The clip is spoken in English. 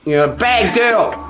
you know a bad girl!